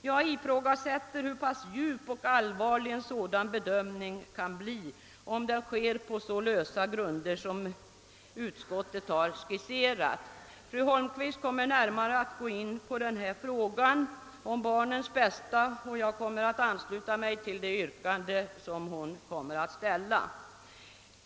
Jag ifrågasätter hur djup och allvarlig en sådan bedömning kan bli, om den görs på så lösa grunder som dem utskottet har skisserat. Fru Holmqvist kommer att behandla denna fråga närmare, och jag kan ansluta mig till det yrkande hon komnmer att ställa.